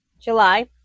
July